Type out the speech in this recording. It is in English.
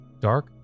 dark